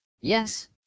Yes